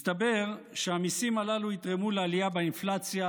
מסתבר שהמיסים הללו יתרמו לעלייה באינפלציה